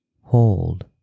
hold